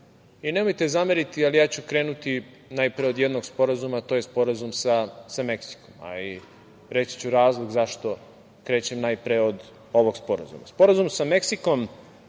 saradnje. Nemojte zameriti, ali ja ću krenuti najpre od jednog sporazuma, a to je Sporazum sa Meksikom, a i reći ću razlog zašto krećem najpre od ovog sporazuma. Sporazum sa Meksikom,